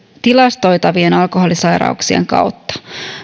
tilastoitavien alkoholisairauk sien kautta